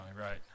right